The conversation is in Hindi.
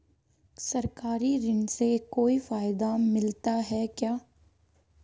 सरकारी ऋण से कोई फायदा मिलता है क्या?